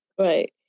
right